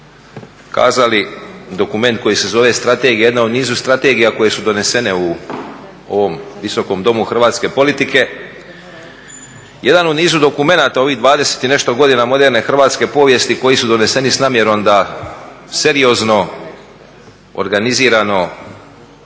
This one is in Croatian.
prethodno kazali dokument koji se zove strategija, jedna u nizu strategija koje su donesene u ovom Visokom domu hrvatske politike, jedna u nizu dokumenata u ovih dvadeset i nešto godina moderne hrvatske povijesti koji su doneseni s namjerom da seriozno, organizirano,